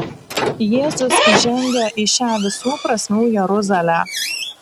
jėzus įžengia į šią visų prasmių jeruzalę